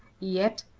yet,